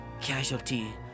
casualty